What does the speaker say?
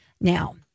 now